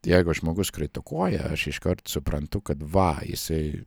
jeigu žmogus kritikuoja aš iškart suprantu kad va jisai